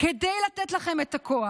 כדי לתת לכם את הכוח,